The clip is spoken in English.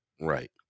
Right